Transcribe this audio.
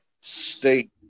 state